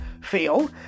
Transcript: feel